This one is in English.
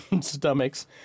stomachs